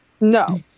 No